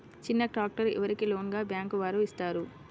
చిన్న ట్రాక్టర్ ఎవరికి లోన్గా బ్యాంక్ వారు ఇస్తారు?